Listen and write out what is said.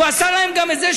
והוא עשה גם את זה,